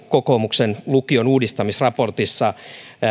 kokoomuksen lukion uudista misraportissa